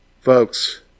Folks